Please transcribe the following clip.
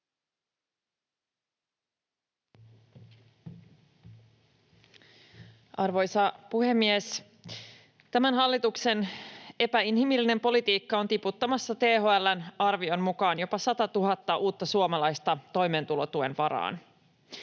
Arvoisa puhemies! Tämän hallituksen epäinhimillinen politiikka on tiputtamassa THL:n arvion mukaan jopa 100 000 uutta suomalaista toimeentulotuen varaan.